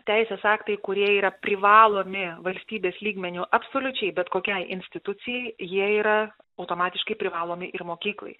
teisės aktai kurie yra privalomi valstybės lygmeniu absoliučiai bet kokiai institucijai jie yra automatiškai privalomi ir mokyklai